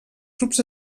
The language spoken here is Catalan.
grups